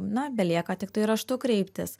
na belieka tiktai raštu kreiptis